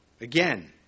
Again